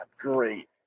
great